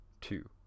two